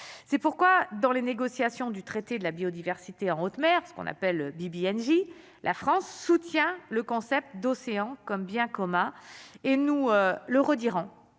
c'est pourquoi dans les négociations du traité de la biodiversité en haute mer, ce qu'on appelle Bibi, la France soutient le concept d'océan comme bien commun et nous le redira